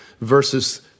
versus